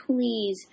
please